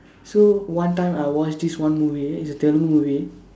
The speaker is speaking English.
so one time I watched this one movie it's a Tamil movie